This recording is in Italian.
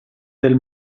del